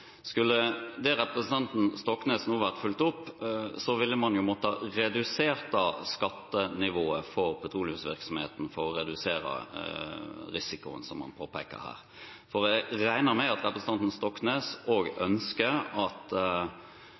Skulle det representanten Stoknes nå sa, bli fulgt opp, måtte man ha redusert skattenivået for petroleumsvirksomheten for å redusere risikoen som han påpeker her, for jeg regner med at representanten Stoknes også ønsker at